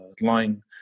line